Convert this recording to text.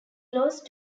close